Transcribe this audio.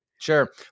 Sure